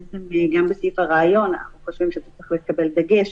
גם בסעיף הראיון אנחנו חושבים שזה צריך לקבל דגש,